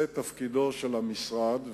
זה תפקידו של המשרד,